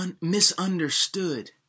misunderstood